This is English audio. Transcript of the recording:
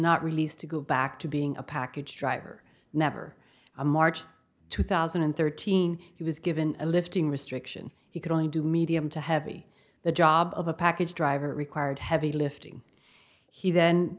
not released to go back to being a package driver never a march two thousand and thirteen he was given a lifting restriction he could only do medium to heavy the job of a package driver required heavy lifting he then